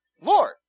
Lord